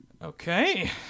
Okay